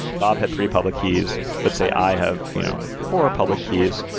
bob had three public keys, let's say i have you know four public keys,